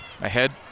Ahead